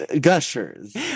gushers